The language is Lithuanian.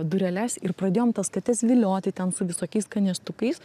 dureles ir pradėjom tas kates vilioti ten su visokiais skanėstukais